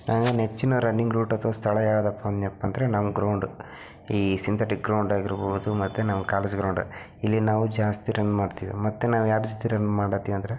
ನನ್ನ ನೆಚ್ಚಿನ running route ಅಥ್ವಾ ಸ್ಥಳ ಯಾವ್ದಪ್ಪ ಅಂದ್ನಪ್ಪ ಅಂದ್ರೆ ನಮ್ಮ ಗ್ರೌಂಡು ಈ ಸಿಂತೆಟಿಕ್ ಗ್ರೌಂಡ್ ಆಗಿರ್ಬೋದು ಮತ್ತು ನಮ್ಮ ಕಾಲೇಜ್ ಗ್ರೌಂಡ್ ಇಲ್ಲಿ ನಾವು ಜಾಸ್ತಿ ರನ್ ಮಾಡ್ತೀವಿ ಮತ್ತು ನಾವು ಯಾರ ಜೊತೆ ರನ್ ಮಾಡುತ್ತೀವ್ ಅಂದರೆ